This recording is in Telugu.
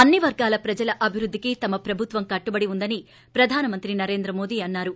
అన్ని వర్గాల ప్రజల అభివృద్గికి తమ ప్రభుత్వం కట్టుబడి ఉందని ప్రధానమంత్రి నరేంద్ర మోడీ అన్నారు